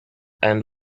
and